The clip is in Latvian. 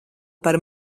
par